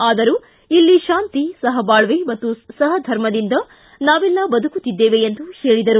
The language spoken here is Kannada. ಆದರೂ ಇಲ್ಲಿ ಶಾಂತಿ ಸಹಬಾಕ್ವೆ ಹಾಗೂ ಸಹಧರ್ಮದಿಂದ ನಾವೆಲ್ಲ ಬದುಕುತ್ತಿದ್ದೇವೆ ಎಂದು ಹೇಳಿದರು